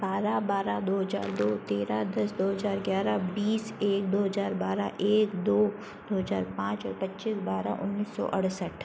बारह बारह दो हज़ार दो तेरह दस दो हज़ार ग्यारह बीस एक दो हज़ार बारह एक दो दो हज़ार पाँच पच्चीस बारह उन्नीस सौ अड़सठ